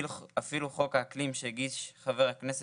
אפילו חוק האקלים שהגיש חה"כ